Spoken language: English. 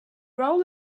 roll